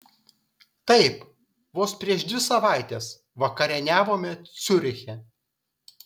taip vos prieš dvi savaites vakarieniavome ciuriche